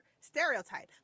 stereotype